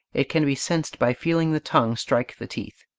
it can be sensed by feeling the tongue strike the teeth.